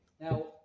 Now